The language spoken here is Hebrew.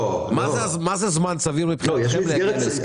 מה זה זמן סביר מבחינתכם להגיע להסכם?